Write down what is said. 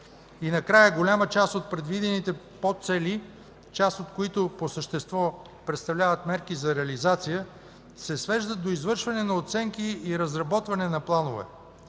И накрая, голяма част от предвидените подцели, част от които по същество представляват мерки за реализация, се свеждат до извършване на оценки и разработване на планове.